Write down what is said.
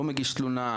לא מגיש תלונה.